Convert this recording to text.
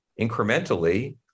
incrementally